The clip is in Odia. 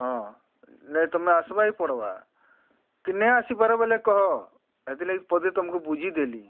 ହଁ ନାଇଁ ତମେ ଆସ୍ବାକେ ହିଁ ପଡ଼୍ବା କି ନାଇଁ ଆସିପାର ବଲେ କହ ଏଥିଲାଗି ପଦେ ତମ୍କୁ ବୁଝିଦେଲି